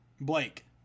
Blake